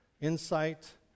insight